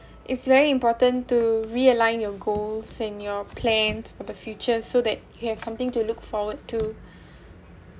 it's very important to realign your goals and your for the future so that you have something to look forward to